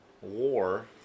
war